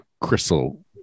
crystal